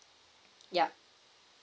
yup